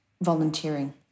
volunteering